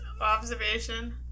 observation